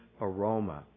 aroma